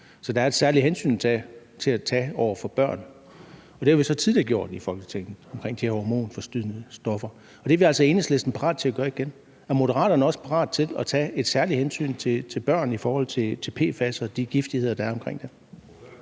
Så der er et særligt hensyn at tage over for børn. Og det har vi så tidligere gjort i Folketinget i forhold til de her hormonforstyrrende stoffer, og det er vi altså i Enhedslisten parat til at gøre igen. Er Moderaterne også parat til at tage et særligt hensyn til børn i forhold til PFAS og de giftigheder, der er forbundet